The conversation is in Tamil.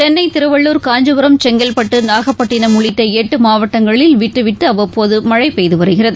சென்னை திருவள்ளுர் காஞ்சிபுரம் செங்கல்பட்டு நாகப்பட்டினம் உள்ளிட்டஎட்டுமாவட்டங்களில் விட்டுவிட்டுஅவ்வப்போதுமழைபெய்துவருகிறது